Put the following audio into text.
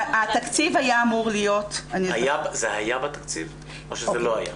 התקציב היה אמור להיות --- זה היה בתקציב או שזה לא היה?